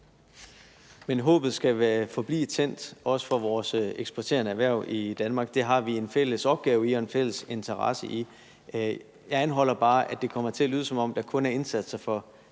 Men håbets lys skal forblive tændt, også for vores eksporterende erhverv i Danmark – det har vi en fælles opgave med og en fælles interesse i. Jeg anholder bare, at det kommer til at lyde, som om der kun er indsatser for